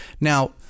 Now